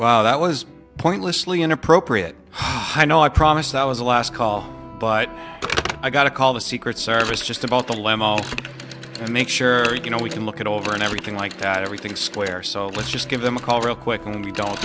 well that was pointlessly inappropriate i know i promised i was the last call but i got to call the secret service just about the limo to make sure you know we can look it over and everything like that everything square so let's just give them a call real quick and you don't